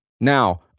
Now